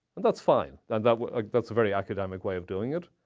and that's fine, and that's that's a very academic way of doing it.